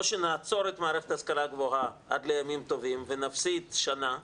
או שנעצור את מערכת ההשכלה הגבוהה עד לימים טובים ונפסיד שנה,